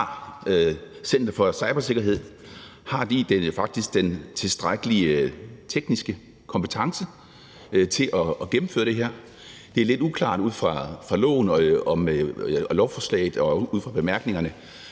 Center for Cybersikkerhed har den tilstrækkelige tekniske kompetence til faktisk at gennemføre det her. Det er lidt uklart ud fra lovforslaget og ud fra bemærkningerne,